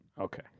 Okay